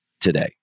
today